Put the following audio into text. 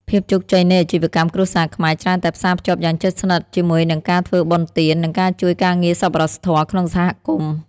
ភាពជោគជ័យនៃអាជីវកម្មគ្រួសារខ្មែរ ច្រើនតែផ្សារភ្ជាប់យ៉ាងជិតស្និទ្ធជាមួយនឹងការធ្វើបុណ្យទាន និងការជួយការងារសប្បុរសធម៌ក្នុងសហគមន៍។